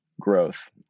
growth